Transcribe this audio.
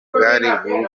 bwari